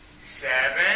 seven